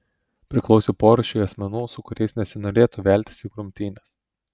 priklausė porūšiui asmenų su kuriais nesinorėtų veltis į grumtynes